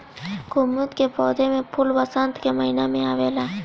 कुमुद कअ पौधा में फूल वसंत के महिना में आवेला